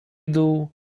dół